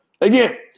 Again